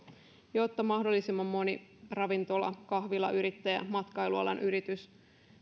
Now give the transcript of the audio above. jotta mahdollisimman moni ravintola kahvilayrittäjä matkailualan yritys